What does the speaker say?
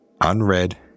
unread